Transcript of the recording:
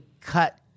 cut